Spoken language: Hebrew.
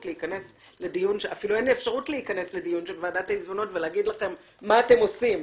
להיכנס לדיון של ועדת העיזבונות ולהגיד לכם: מה אתם עושים,